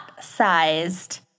sized